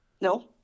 No